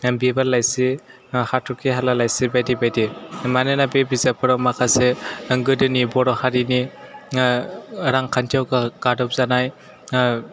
बिबार लाइसि हाथरखि हाला लाइसि बायदि बायदि मानोना बे बिजाबफोराव माखासे गोदोनि बर' हारिनि रांखान्थियाव गादब जानाय